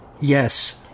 yes